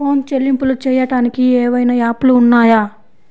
Phone చెల్లింపులు చెయ్యటానికి ఏవైనా యాప్లు ఉన్నాయా?